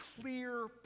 clear